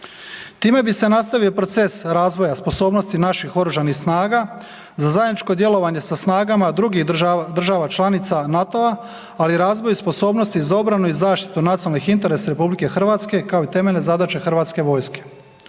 Time bi se nastavio proces razvoja sposobnosti naših Oružanih snaga za zajedničko djelovanje sa snagama drugih država članica NATO-a ali i razvoj sposobnosti za obranu i zaštitu nacionalnih interesa RH kao i temeljne zadaće Hrvatske vojske.